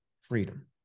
freedom